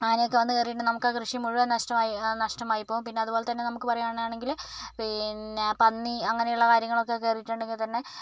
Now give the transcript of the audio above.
ആനയൊക്കെ വന്നുകയറിയിട്ട് നമുക്കാ കൃഷി മുഴുവൻ നഷ്ടമായി നഷ്ടമായിപ്പോകും പിന്നെ അതുപോലെതന്നെ നമുക്ക് പറയാനാണെങ്കിൽ പിന്നെ പന്നി അങ്ങനെയുള്ള കാര്യങ്ങളൊക്കെ കയറിയിട്ടുണ്ടെങ്കിൽത്തന്നെ